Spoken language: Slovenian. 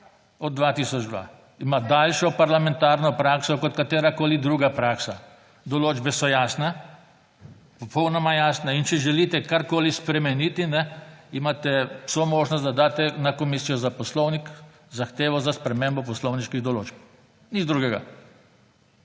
2002. Ima daljšo parlamentarno prakso kot katerakoli druga praksa. Določbe so jasne, popolnoma jasne in če želite karkoli spremeniti, imate vso možnost, da daste na Komisijo za Poslovnik zahtevo za spremembo poslovniških določb, nič drugega.